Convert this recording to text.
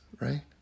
right